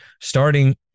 starting